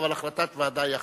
אבל החלטת ועדת היא החלטה,